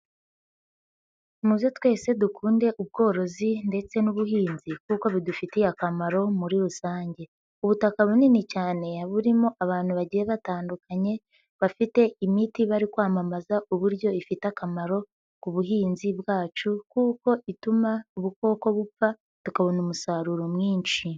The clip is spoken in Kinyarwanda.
Muze twese dukunde ubworozi ndetse n'ubuhinzi kuko bidufitiye akamaro muri rusange. Ubutaka bunini cyane burimo abantu bagenda batandukanye bafite imiti bari kwamamaza uburyo ifite akamaro ku buhinzi bwacu kuko ituma ubukoko bupfa tukabona umusaruro mwinshi.